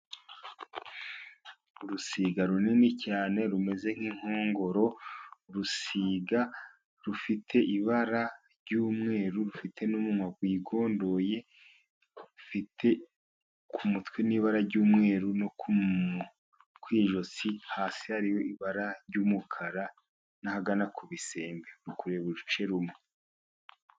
Urusiga runini cyane rumeze nk'inkongoro, urusiga rufite ibara ry'umweru, rufite n'umunwa wigondoye, rufite ku mutwe n'ibara ry'umweru, no kwijosi hasi hari ibara ry'umukara, n'ahagana ku bisembe. Ruri kureba uruce rumwe.